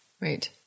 right